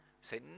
say